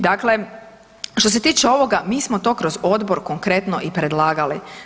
Dakle, što se tiče ovoga mi smo to kroz odbor konkretno i predlagali.